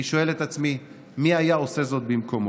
אני שואל את עצמי: מי היה עושה זאת במקומו?